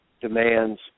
demands